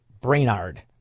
Brainard